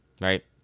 Right